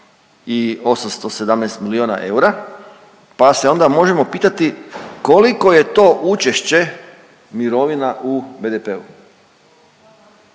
i 817 milijuna eura, pa se onda možemo pitati koliko je to učešće mirovina u BDP-u,